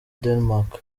denmark